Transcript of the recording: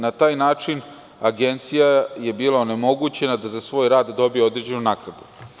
Na taj način je agencija bila onemogućena da za svoj rad dobije određenu naknadu.